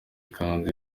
ikanzu